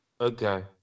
Okay